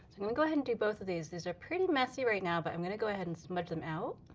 i'm gonna go ahead and do both of these. these are pretty messy right now, but i'm gonna go ahead and smudge them out.